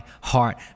heart